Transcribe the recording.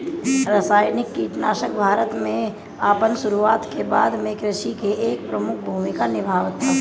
रासायनिक कीटनाशक भारत में अपन शुरुआत के बाद से कृषि में एक प्रमुख भूमिका निभावता